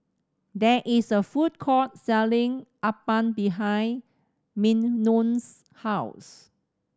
there is a food court selling Appam behind Mignon's house